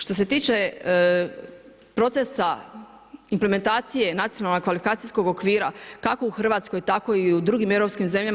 Što se tiče procesa implementacije nacionalnog kvalifikacijskog okvira kako u Hrvatskoj, tako i u drugim europskim zemljama.